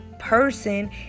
person